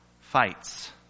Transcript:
fights